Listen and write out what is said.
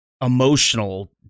emotional